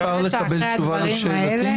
אפשר לקבל תשובה לשאלתי?